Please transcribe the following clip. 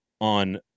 on